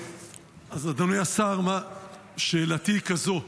אדוני השר, שאלתי היא כזאת: